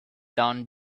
down